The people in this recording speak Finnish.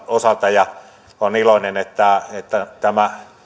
osalta ja olen iloinen että että tämä